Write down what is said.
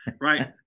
right